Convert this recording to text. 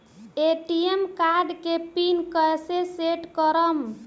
ATM card के pin कैसे set करम?